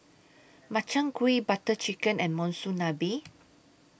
Makchang Gui Butter Chicken and Monsunabe